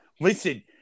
Listen